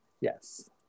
Yes